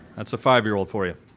that's a five year old for yah.